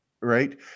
Right